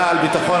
חינוך.